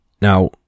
Now